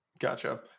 Gotcha